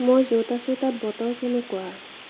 মই য'ত আছোঁ তাত বতৰ কেনেকুৱা